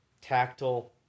tactile